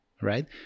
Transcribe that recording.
right